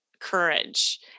courage